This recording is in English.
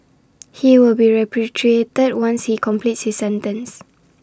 he will be repatriated once he completes his sentence